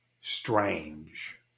strange